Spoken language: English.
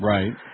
Right